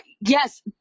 Yes